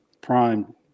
Prime